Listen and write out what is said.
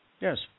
Yes